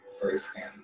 firsthand